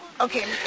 Okay